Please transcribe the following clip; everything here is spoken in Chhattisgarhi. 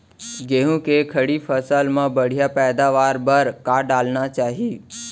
गेहूँ के खड़ी फसल मा बढ़िया पैदावार बर का डालना चाही?